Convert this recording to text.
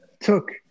took